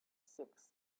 six